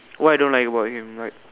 what I don't like about him like